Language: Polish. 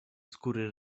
skóry